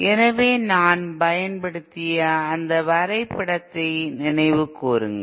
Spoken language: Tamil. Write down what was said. எனவே நான் பயன்படுத்திய அந்த வரைபடத்தை நினைவுகூருங்கள்